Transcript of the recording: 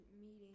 meeting